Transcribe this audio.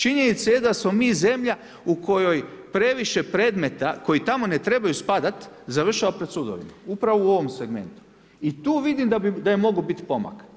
Činjenica je da smo mi zemlja u kojoj previše predmeta, koji tamo ne trebaju spadati završavaju pred sudovima, upravo u ovom segmentu i tu vidim da je moglo biti pomaka.